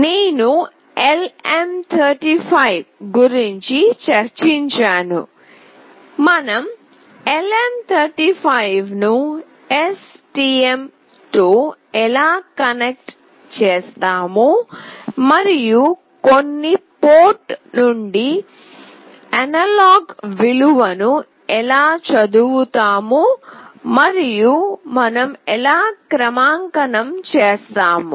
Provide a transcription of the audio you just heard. నేను LM35 గురించి చర్చించాను మనం LM35 ను STM తో ఎలా కనెక్ట్ చేస్తాము మరియు కొన్ని పోర్ట్ నుండి అనలాగ్ విలువను ఎలా చదువుతాము మరియు మనం ఎలా క్రమాంకనం చేస్తాము